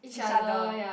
each other